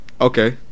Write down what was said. Okay